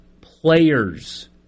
players